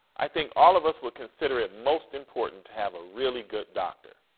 i think all of us would consider it most important to have a really good doctor.